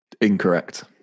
Incorrect